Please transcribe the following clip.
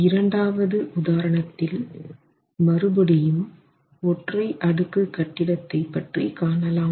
இரண்டாவது உதாரணத்தில் மறுபடியும் ஒற்றை அடுக்கு கட்டிடத்தை பற்றி காணலாம்